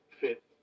fit